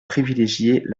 privilégier